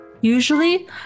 Usually